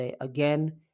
again